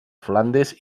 flandes